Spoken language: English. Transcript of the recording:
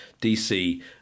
DC